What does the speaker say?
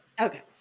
Okay